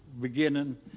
beginning